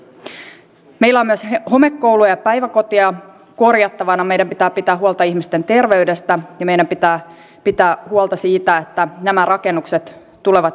meillä on myös homekouluja ja päiväkoteja korjattavana meidän pitää pitää huolta ihmisten terveydestä ja meidän pitää pitää huolta siitä että nämä rakennukset tulevat korjattua